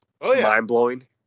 mind-blowing